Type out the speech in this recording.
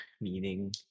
meaning